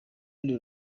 rundi